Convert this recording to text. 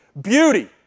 beauty